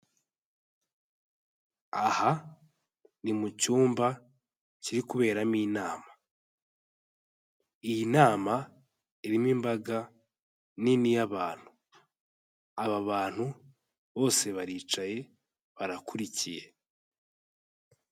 Aha ni mu cyumba kiri kuberamo inama, iyi nama irimo imbaga nini y'abantu, aba bantu bose baricaye barakurikiye.